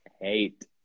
hate